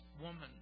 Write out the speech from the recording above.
woman